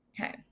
Okay